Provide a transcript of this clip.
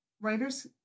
writers